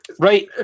Right